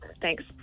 Thanks